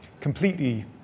completely